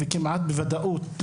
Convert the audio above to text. כמעט בוודאות,